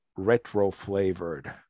retro-flavored